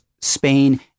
Spain